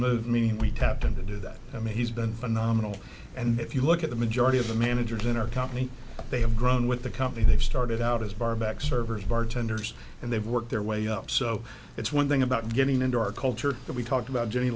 move mean we tapped him to do that i mean he's been phenomenal and if you look at the majority of the managers in our company they have grown with the company they've started out as far back servers bartenders and they've worked their way up so it's one thing about getting into our culture that we talked about j